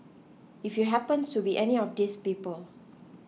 if you happened to be any of these people